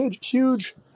huge